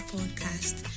Podcast